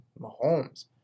Mahomes